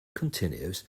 continues